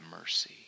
mercy